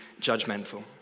judgmental